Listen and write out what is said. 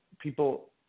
people